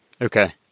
Okay